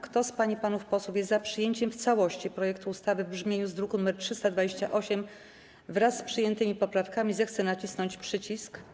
Kto z pań i panów posłów jest za przyjęciem w całości projektu ustawy w brzmieniu z druku nr 328, wraz z przyjętymi poprawkami, zechce nacisnąć przycisk.